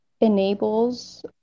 enables